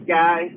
guy